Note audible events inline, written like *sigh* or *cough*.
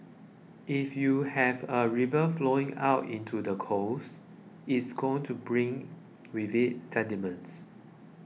if you have a river flowing out into the coast it's going to bring *noise* with it sediments